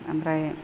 आमफ्राय